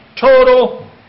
total